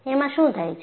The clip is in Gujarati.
એમાં શું થાય છે